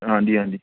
ਹਾਂਜੀ ਹਾਂਜੀ